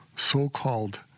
so-called